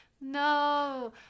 no